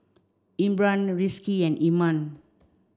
Imran Rizqi and Iman